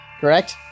correct